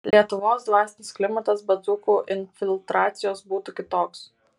lietuvos dvasinis klimatas be dzūkų infiltracijos būtų kitoks